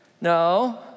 No